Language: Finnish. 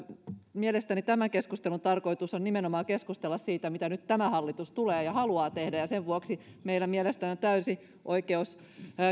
mielestäni tämän keskustelun tarkoitus on nimenomaan keskustella siitä mitä nyt tämä hallitus tulee tekemään ja haluaa tehdä ja sen vuoksi meidän mielestämme on täysi oikeus